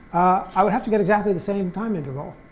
i would have to get exactly the same time interval,